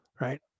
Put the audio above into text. right